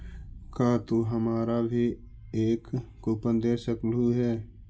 का तू हमारा भी एक कूपन दे सकलू हे